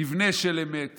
מבנה של אמת